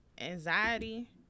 anxiety